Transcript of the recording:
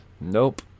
Nope